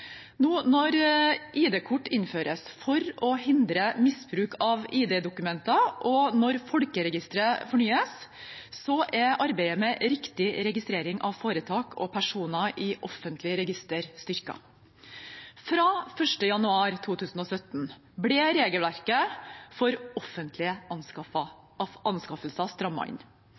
nå innføres for å hindre misbruk av ID-dokumenter, og når Folkeregisteret fornyes, er arbeidet med riktig registrering av foretak og personer i offentlige registre styrket. Fra 1. januar 2017 ble regelverket for offentlige anskaffelser strammet inn.